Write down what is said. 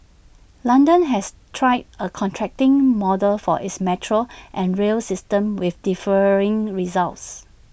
London has tried A contracting model for its metro and rail system with differing results